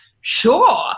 sure